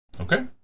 Okay